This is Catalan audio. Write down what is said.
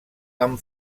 amb